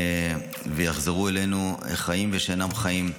ויחזרו אלינו חיים ושאינם חיים,